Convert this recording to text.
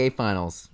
finals